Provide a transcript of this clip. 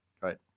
right